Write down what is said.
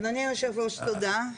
אדוני יושב הראש, תודה.